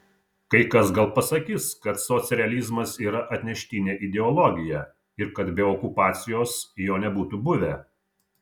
kai kas gal pasakys kad socrealizmas yra atneštinė ideologija ir kad be okupacijos jo nebūtų buvę